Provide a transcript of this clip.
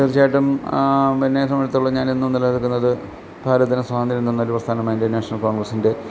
തീർച്ചയായിട്ടും എന്നെ സംബന്ധിച്ചിടത്തോളം ഞാനെന്നും നിലനിൽക്കുന്നത് ഭാരതത്തിന് സ്വാതന്ത്ര്യം തന്ന പ്രസ്ഥാനമായ ഇന്ത്യൻ നാഷണൽ കോൺഗ്രസിന്റെ